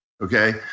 Okay